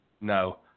No